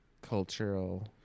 cultural